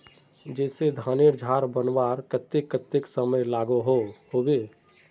जैसे धानेर झार बनवार केते कतेक समय लागोहो होबे?